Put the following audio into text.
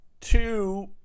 Two